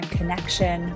connection